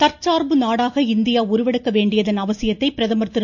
தற்சார்பு நாடாக இந்தியா உருவெடுக்க வேண்டியதன் அவசியத்தை பிரதமர் திரு